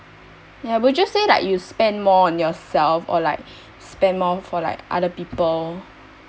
ya would you just say like you spend more on yourself or like spend more for like other people